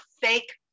fake